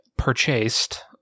purchased